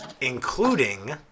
including